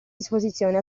disposizione